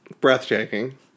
breathtaking